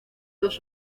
dos